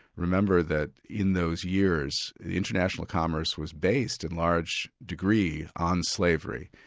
remember that in those years, international commerce was based in large degree, on slavery.